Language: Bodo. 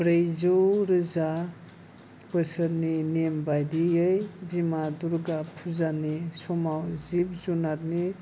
ब्रैजौ रोजा बोसोरनि नेम बायदियै बिमा दुर्गा फुजानि समाव जिब जुनारनि